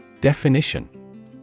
Definition